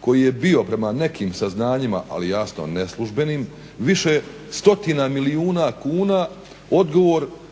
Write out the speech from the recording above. koji je bio prema nekim saznanjima ali jasno neslužbenim, više stotina milijuna kuna, odgovor